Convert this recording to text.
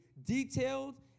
detailed